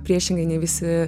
priešingai nei visi